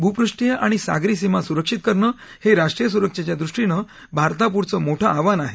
भूपृष्ठीय आणि सागरी सीमा सुरक्षित करणं हे राष्ट्रीय सुरक्षेच्या दृष्टीनं भारतापुढचं मोठं आव्हान आहे